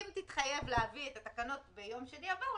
אם תתחייב להביא את התקנות ביום שני הבא,